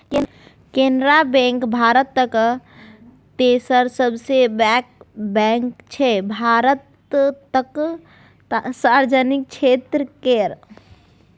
Canara bank भारतक तेसर सबसँ पैघ बैंक छै भारतक सार्वजनिक क्षेत्र केर